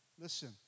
listen